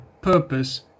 purpose